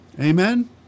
amen